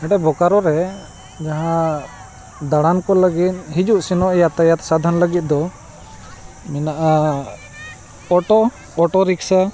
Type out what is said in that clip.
ᱦᱟᱸᱰᱮ ᱵᱳᱠᱟᱨᱳ ᱨᱮ ᱡᱟᱦᱟᱸ ᱫᱟᱬᱟᱱ ᱠᱚ ᱞᱟᱹᱜᱤᱫ ᱦᱤᱡᱩᱜ ᱥᱮᱱᱚᱜ ᱡᱟᱛᱟᱭᱟᱛ ᱥᱟᱫᱷᱟᱱ ᱞᱟᱹᱜᱤᱫ ᱫᱚ ᱢᱮᱱᱟᱜᱼᱟ ᱚᱴᱳ ᱚᱴᱳ ᱨᱤᱠᱥᱟᱹ